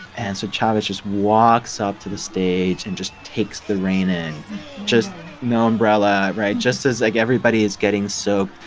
and so chavez just walks up to the stage and just takes the rain in just no umbrella right? just as, like, everybody is getting so